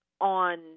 on